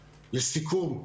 לסיכום,